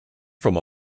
from